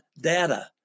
data